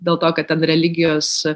dėl to kad ten religijos